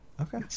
Okay